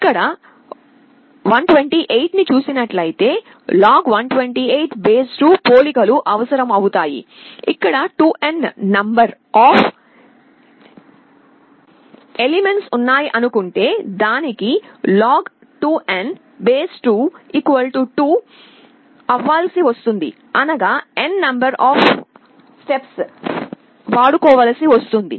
ఇక్కడ 128 ని చూసినట్లయితే log2 128 పోలికలు అవసరం అవుతాయి ఇక్కడ 2n నెంబర్ అఫ్ ఎలెమెంట్స్ ఉన్నాయనుకుంటే దానికి log2 2n n అవ్వాల్సి వస్తుంది అనగా n నెంబర్ అఫ్ స్టెప్స్వాడుకోవలసి వస్తుంది